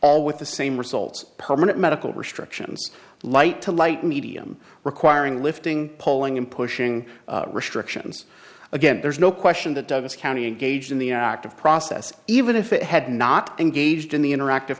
all with the same results permanent medical restrictions light to light medium requiring lifting pulling and pushing restrictions again there's no question that douglas county engaged in the act of process even if it had not engaged in the interactive